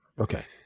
Okay